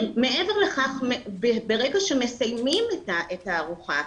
מעבר לכך, ברגע שמסיימים את הארוחה,